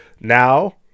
now